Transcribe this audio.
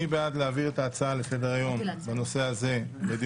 מי בעד להעביר את ההצעה לסדר-היום בנושא הזה לדיון